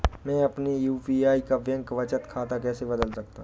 मैं अपने यू.पी.आई का बैंक खाता कैसे बदल सकता हूँ?